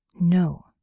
No